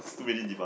is too many demands